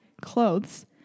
clothes